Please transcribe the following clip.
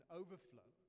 overflow